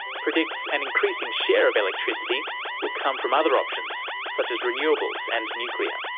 predicts an increasing share of electricity will come from other options, such as renewables and nuclear.